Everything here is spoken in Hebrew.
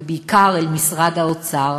ובעיקר אל משרד האוצר,